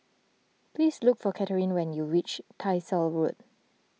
please look for Catherine when you reach Tyersall Road